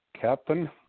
captain